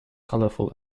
colorful